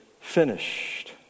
finished